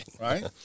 Right